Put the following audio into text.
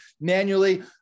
manually